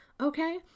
Okay